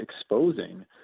exposing